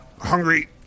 hungry